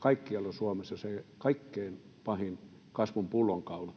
kaikkialla Suomessa se kaikkein pahin kasvun pullonkaula.